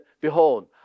behold